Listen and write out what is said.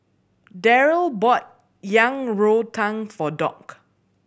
Derald bought Yang Rou Tang for Doc